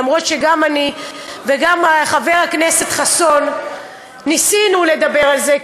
אפילו שגם אני וגם חבר הכנסת חסון ניסינו לדבר על זה,